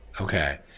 Okay